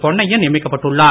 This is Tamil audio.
பொன்னையன் நியமிக்கப்பட்டுள்ளார்